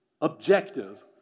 objective